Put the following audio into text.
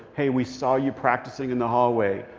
hey, we saw you practicing in the hallway,